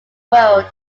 world